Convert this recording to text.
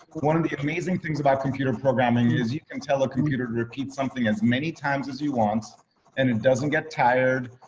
one of the amazing things about computer programming is you can tell a computer to repeat something as many times as you want, and it doesn't get tired.